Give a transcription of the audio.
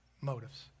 Motives